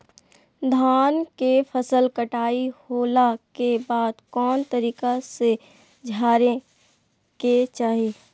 धान के फसल कटाई होला के बाद कौन तरीका से झारे के चाहि?